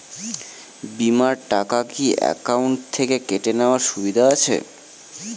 বিমার টাকা কি অ্যাকাউন্ট থেকে কেটে নেওয়ার সুবিধা আছে?